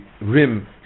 Rim